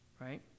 right